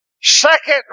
second